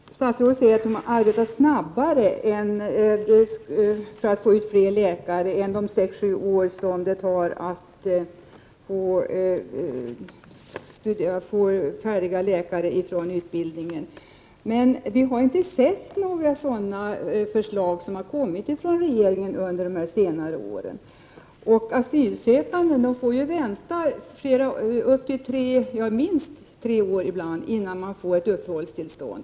Fru talman! Statsrådet säger att regeringen vill arbeta för att få ut fler läkare snabbare än de 6—7 år som det tar att få färdiga läkare från utbildningen. Men det har inte kommit några sådana förslag från regeringen under senare år. De asylsökande får ibland vänta tre år innan de får uppehållstillstånd.